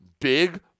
big